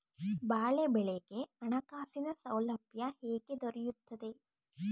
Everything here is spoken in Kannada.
ಬಾಳೆ ಬೆಳೆಗೆ ಹಣಕಾಸಿನ ಸೌಲಭ್ಯ ಹೇಗೆ ದೊರೆಯುತ್ತದೆ?